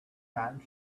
time